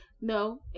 No